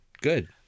good